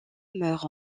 meurt